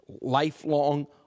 lifelong